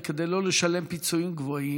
כדי שלא לשלם פיצויים גבוהים,